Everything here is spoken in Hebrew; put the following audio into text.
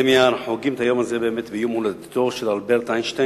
אנחנו חוגגים את היום הזה באמת ביום הולדתו של אלברט איינשטיין,